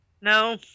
no